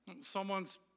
Someone's